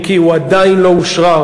אם כי הוא עדיין לא אושרר